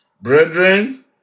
Brethren